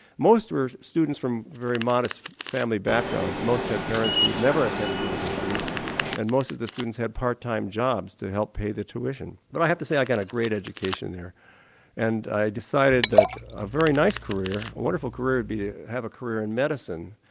most students were from very modest family backgrounds, most had parents who had never attended university and most of the students had part-time jobs to help pay the tuition. but i have to say i got a great education there and i decided that a very nice career, a wonderful career would be to have a career in medicine.